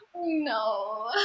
No